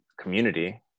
community